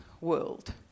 world